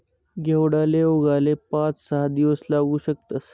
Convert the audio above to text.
घेवडाले उगाले पाच सहा दिवस लागू शकतस